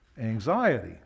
anxiety